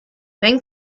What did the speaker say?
wenn